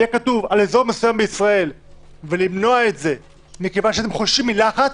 יהיה כתוב: על אזור מסוים בישראל ולמנוע את זה כי אתם חוששים מלחץ